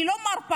אני לא מרפה,